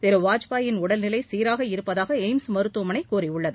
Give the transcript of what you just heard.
திரு வாஜ்பாயின் உடல் நிலை சீராக இருப்பதாக எய்ம்ஸ் மருத்துவமனை கூறியுள்ளது